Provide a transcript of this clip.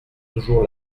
toujours